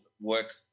work